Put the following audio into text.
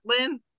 Lynn